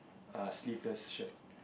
uh sleeveless shirt